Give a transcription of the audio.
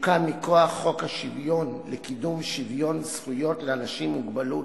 שהוקם מכוח חוק שוויון זכויות לאנשים עם מוגבלות,